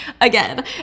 again